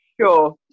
Sure